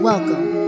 Welcome